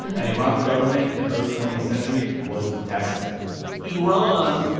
and iran's government in the early twentieth century was desperate iran,